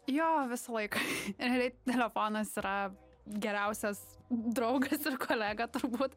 jo visą laiką ir ir telefonas yra geriausias draugas ir kolega turbūt